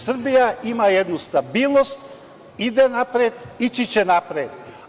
Srbija ima jednu stabilnost, ide napred i ići će napred.